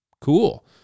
cool